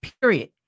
Period